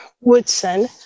Woodson